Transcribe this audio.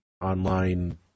online